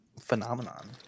phenomenon